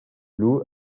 blue